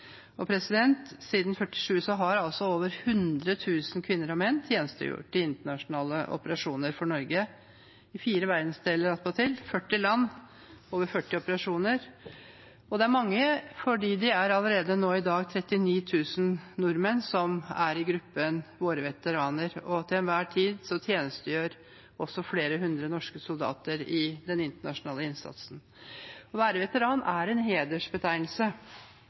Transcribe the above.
Siden 1947 har altså over 100 000 kvinner og menn tjenestegjort i internasjonale operasjoner for Norge – i fire verdensdeler attpåtil, 40 land, over 40 operasjoner. Det er mange, for det er allerede nå i dag 39 000 nordmenn som er i gruppen av våre veteraner, og til enhver tid tjenestegjør flere hundre norske soldater i den internasjonale innsatsen. Å være veteran er en hedersbetegnelse,